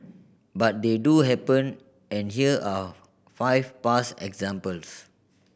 but they do happen and here are five past examples